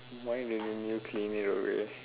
why didn't you clean it away